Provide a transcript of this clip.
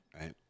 Right